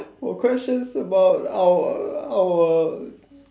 for questions about our our